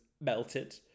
melted